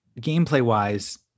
gameplay-wise